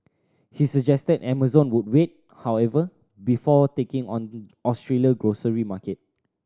he suggested Amazon would wait however before taking on Australia grocery market